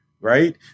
Right